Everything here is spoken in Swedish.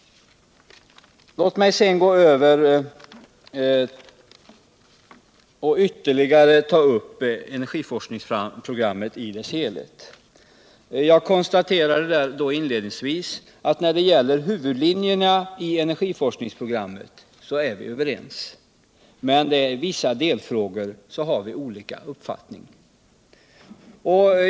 Låt mig sedan ta upp energiforskningsprogrammet i dess helhet. Inledningsvis konstaterade jag att vi är överens när det gäller huvudlinierna i detta men au vi har olika uppfattning i vissa delfrågor.